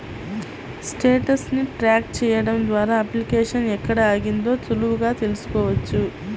status ని track చెయ్యడం ద్వారా అప్లికేషన్ ఎక్కడ ఆగిందో సులువుగా తెల్సుకోవచ్చు